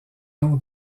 nom